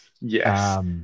Yes